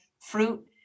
fruit